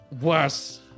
worse